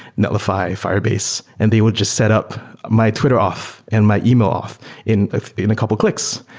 netlify, firebase and they will just set up my twitter off and my email off in in a couple of clicks,